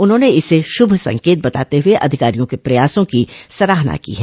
उन्होंने इसे शुभ संकेत बताते हुए अधिकारियों के प्रयासों की सराहना की है